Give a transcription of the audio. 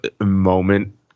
moment